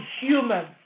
human